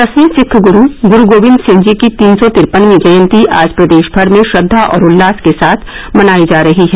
दसवें सिख गुरु गुरू गोबिन्द सिंह जी की तीन सौ तिरपनवीं जयंती आज प्रदेश भर में श्रद्वा और उल्लास के साथ मनाई जा रही है